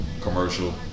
Commercial